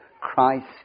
Christ